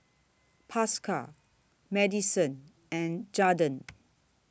Pascal Madisen and Jadon